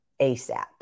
ASAP